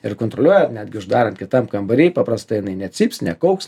ir kontroliuoja netgi uždarant kitam kambary paprastai jinai necyps nekauks